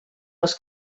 les